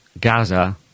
Gaza